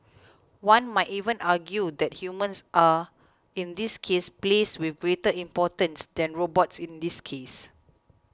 one might even argue that humans are in this case placed with greater importance than robots in this case